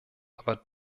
aber